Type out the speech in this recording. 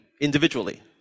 individually